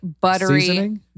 buttery